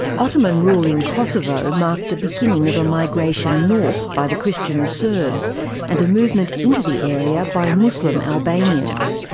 ottoman rule in kosovo marked the beginning of a migration north by the christian serbs and a movement into the area by muslim albanians,